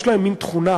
יש להם מין תכונה,